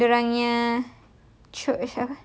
lepas tu dia orang punya